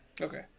Okay